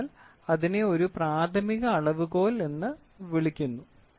അതിനാൽ അതിനെ ഒരു പ്രാഥമിക അളവുകോൽ എന്ന് വിളിക്കുന്നു